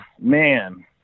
man